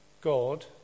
God